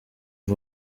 for